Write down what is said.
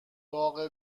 داغ